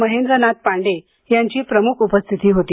महेंद्र नाथ पांडे यांची प्रमुख उपस्थिती होती